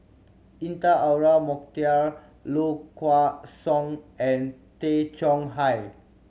Intan Azura Mokhtar Low Kway Song and Tay Chong Hai